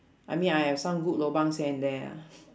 I mean I have some good lobangs here and there lah